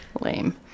lame